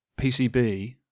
PCB